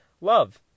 love